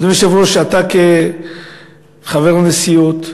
אדוני היושב-ראש, אתה כחבר נשיאות,